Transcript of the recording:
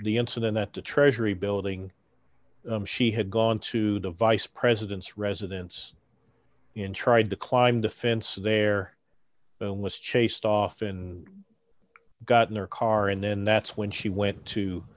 the incident at the treasury building she had gone to the vice president's residence in tried to climb the fence there the list chased off and got in their car and then that's when she went to